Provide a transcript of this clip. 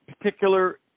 particular